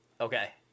Okay